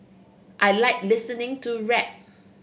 I like listening to rap